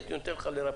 הייתי נותן לך לרפא,